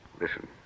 listen